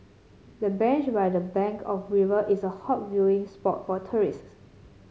the bench by the bank of river is a hot viewing spot for tourists